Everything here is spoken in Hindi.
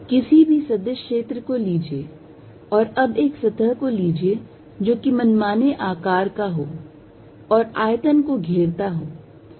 किसी भी सदिश क्षेत्र को लीजिए और अब एक सतह को लीजिए जो कि मनमाने आकार का हो और आयतन को घेरता हो यह आयतन है